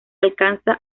alcanza